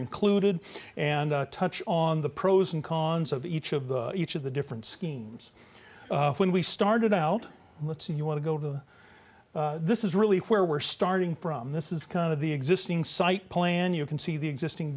included and touch on the pros and cons of each of each of the different schemes when we started out let's say you want to go to this is really where we're starting from this is kind of the existing site plan you can see the existing